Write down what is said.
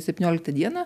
septynioliktą dieną